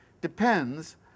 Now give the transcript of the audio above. depends